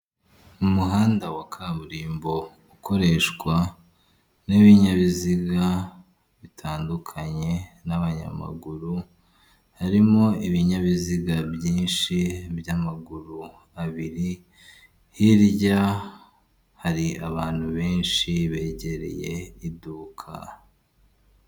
Umuhanda wa kaburimbo ukoreshwa n'ibinyabiziga bitandukanye n'abanyamaguru harimo ibinyabiziga byinshi by'amaguru abiri, hirya hari abantu benshi begereye iduka.